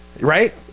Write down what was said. Right